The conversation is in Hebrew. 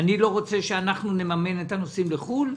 אני לא רוצה שאנחנו נממן את הנוסעים לחו"ל,